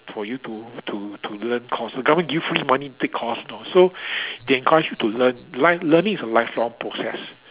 for you to to to learn course the government give you free money take course now so they encourage you to learn li~ learning is a lifelong process